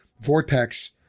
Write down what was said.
vortex